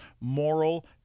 moral